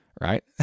right